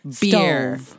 Beer